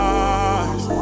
eyes